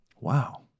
wow